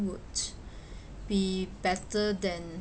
would be better than